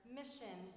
mission